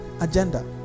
Agenda